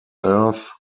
earth